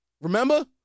Remember